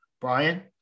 Brian